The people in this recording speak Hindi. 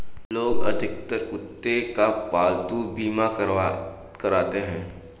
लोग अधिकतर कुत्ते का पालतू बीमा कराते हैं